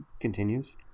continues